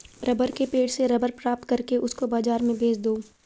rubber के पेड़ से रबर प्राप्त करके उसको बाजार में बेच दो